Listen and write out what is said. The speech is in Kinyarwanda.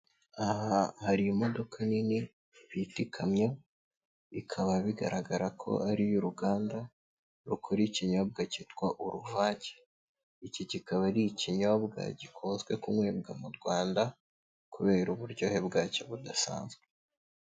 Aha hari imodoka nini bita ikamyo, ikaba bigaragara ko ari iy'uruganda rukora ikinyobwa cyitwa Uruvange, iki kikaba ari ikinyobwa gikunzwe kunkwebwa mu Rwanda kubera uburyohe bwacyo budasanzwe.